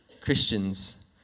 Christians